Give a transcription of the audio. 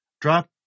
Drop